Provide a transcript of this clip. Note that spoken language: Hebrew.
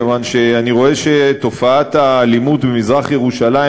כיוון שאני רואה שתופעת האלימות במזרח-ירושלים